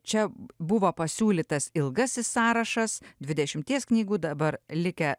čia buvo pasiūlytas ilgasis sąrašas dvidešimties knygų dabar likę